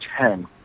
ten